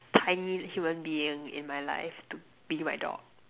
tiny human being in my life to be my dog